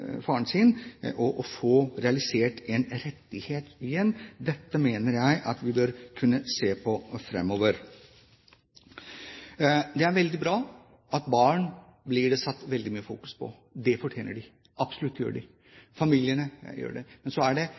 få realisert en rettighet. Igjen: Dette mener jeg at vi bør kunne se på framover. Det er veldig bra at det blir fokusert veldig mye på barn. Det fortjener de absolutt, og familiene gjør det. Men det er